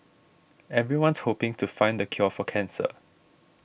everyone's hoping to find the cure for cancer